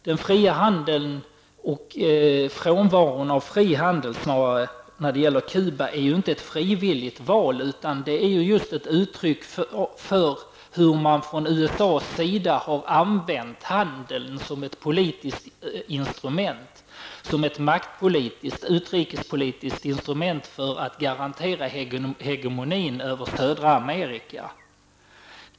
Den fria handeln, eller snarare frånvaron av fri handel, är inte ett frivilligt val på Cuba. Det är ett uttryck för hur man från USAs sida har använt handeln som ett maktpolitiskt, utrikespolitiskt instrument för att garantera hegemonin över södra Amerika.